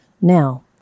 Now